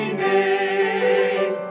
name